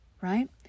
right